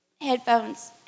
headphones